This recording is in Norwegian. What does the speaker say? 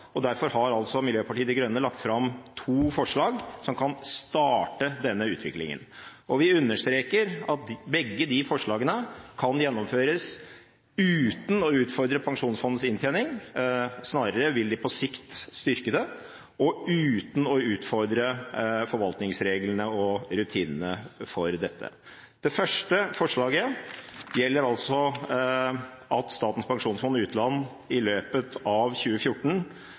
og derfor har altså Miljøpartiet De Grønne lagt fram to forslag som kan starte denne utviklingen. Og vi understreker at begge disse forslagene kan gjennomføres uten å utfordre pensjonsfondets inntjening, snarere vil de på sikt styrke det, og uten å utfordre forvaltningsreglene og rutinene for dette. Det første forslaget gjelder altså at Statens pensjonsfond utland i løpet av 2014